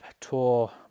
tour